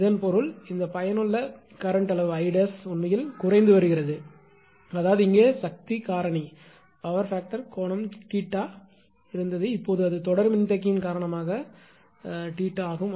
இதன் பொருள் இந்த பயனுள்ள கரண்ட் அளவு 𝐼′ உண்மையில் குறைந்து வருகிறது அதாவது இங்கே சக்தி காரணிபவர் ஃபாக்டர்க்கு கோணம் தீட்டா இருந்தது இப்போது அது தொடர் மின்தேக்கியின் காரணமாக 𝜃 ஆகும்